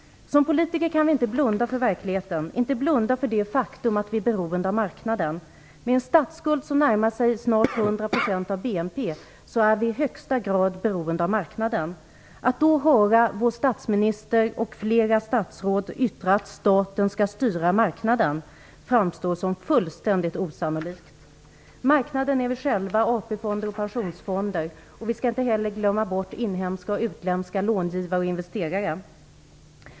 Som politiker kan vi inte blunda för verkligheten, inte blunda för det faktum att vi är beroende av marknaden. Med en statsskuld som närmar sig 100 % av BNP är vi i högsta grad beroende av marknaden. Att då höra vår statsminister och flera statsråd yttra att staten skall styra marknaden framstår som fullständigt osannolikt. Marknaden är vi själva, AP-fonder och pensionsfonder, och vi skall inte heller glömma bort inhemska och utländska långivare och investerare.